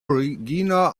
regina